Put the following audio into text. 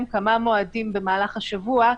את הפעילות לימים ולשעות שיזרמו עם מהלך השבוע,